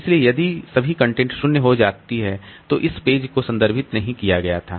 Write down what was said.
इसलिए यदि सभी कंटेंट 0 हो जाती है तो इस पेज को संदर्भित नहीं किया गया था